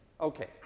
okay